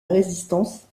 résistance